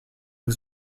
was